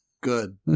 good